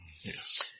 Yes